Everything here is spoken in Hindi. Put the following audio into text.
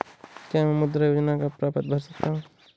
क्या मैं मुद्रा योजना का प्रपत्र भर सकता हूँ?